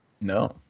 no